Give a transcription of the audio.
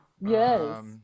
Yes